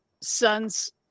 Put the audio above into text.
sons